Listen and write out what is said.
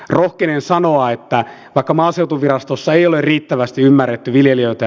rohkenen sanoa että takamaaseutuvirastossa ei ole riittävästi ymmärretty viljelijöitä